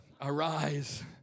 Arise